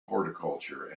horticulture